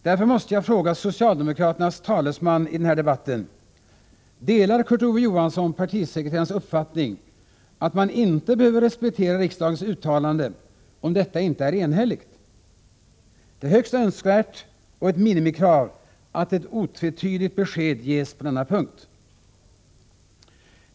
Därför måste jag fråga socialdemokraternas talesman i den här debatten: Delar Kurt Ove Johansson partisekreterarens uppfattning att man inte behöver respektera riksdagens uttalande om detta inte är enhälligt? Det är högst önskvärt och ett minimikrav att ett otvetydigt besked ges på denna punkt.